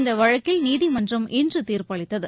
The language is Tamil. இந்த வழக்கில் நீதிமன்றம் இன்று தீர்ப்பளித்தது